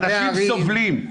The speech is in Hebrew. אנשים סובלים.